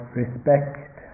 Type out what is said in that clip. respect